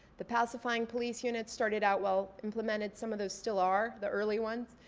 the pacifying police unit started out, well, implemented, some of those still are, the early ones.